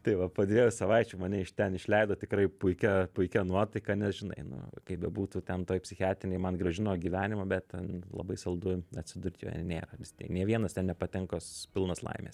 tai va po dviejų savaičių mane iš ten išleido tikrai puikia puikia nuotaika nes žinai nu kaip bebūtų ten toj psichiatrinėj man grąžino gyvenimą bet ten labai saldu atsidurti joje nėra vis tiek nei vienas ten nepatenka pilnas laimės